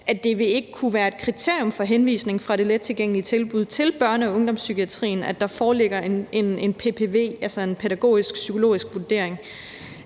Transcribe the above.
at det ikke vil kunne være et kriterium for en henvisning fra det lettilgængelige tilbud til børne- og ungdomspsykiatrien, at der foreligger en PPV, altså en pædagogisk-psykologisk vurdering.